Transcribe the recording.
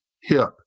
hip